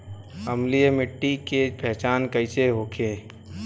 अम्लीय मिट्टी के पहचान कइसे होखे?